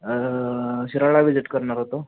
Shirala visit करणार होतो